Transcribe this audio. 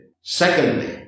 Secondly